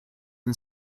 and